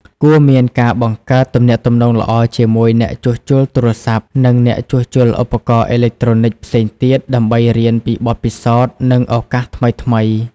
គួរមានការបង្កើតទំនាក់ទំនងល្អជាមួយអ្នកជួសជុលទូរស័ព្ទ និងអ្នកជួសជុលឧបករណ៍អេឡិចត្រូនិចផ្សេងទៀត ដើម្បីរៀនពីបទពិសោធន៍ និងឱកាសថ្មីៗ។